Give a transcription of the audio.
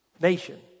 nation